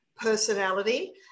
personality